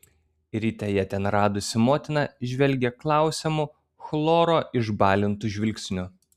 ryte ją ten radusi motina žvelgė klausiamu chloro išbalintu žvilgsniu